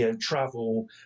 travel